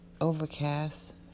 overcast